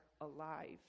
alive